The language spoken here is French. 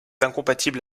incompatible